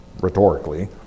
rhetorically